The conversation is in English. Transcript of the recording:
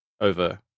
over